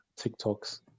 TikToks